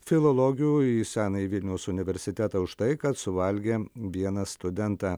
filologių į senąjį vilniaus universitetą už tai kad suvalgė vieną studentą